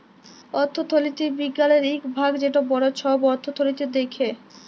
অথ্থলিতি বিজ্ঞালের ইক ভাগ যেট বড় ছব অথ্থলিতি দ্যাখে